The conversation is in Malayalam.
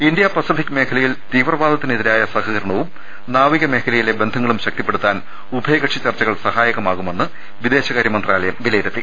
ഇന്ത്യ പസഫിക് മേഖലയിൽ തീവ്രവാദത്തിനെതിരായ സഹ കരണവും നാവിക മേഖലയിലെ ബന്ധങ്ങളും ശക്തിപ്പെടുത്താൻ ഉഭയകക്ഷി ചർച്ചകൾ സഹായകമാകുമെന്ന് വിദേശകാര്യ മന്ത്രാലയം വിലയിരുത്തി